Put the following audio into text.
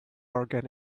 organ